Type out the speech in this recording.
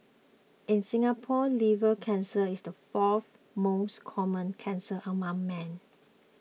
in Singapore liver cancer is the fourth most common cancer among men